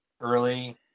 early